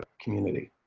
community.